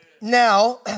Now